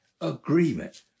agreement